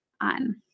on